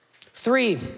Three